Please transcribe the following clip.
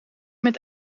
met